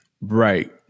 Right